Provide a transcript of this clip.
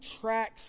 tracks